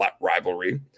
rivalry